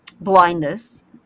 blindness